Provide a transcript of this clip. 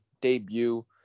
debut